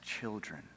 children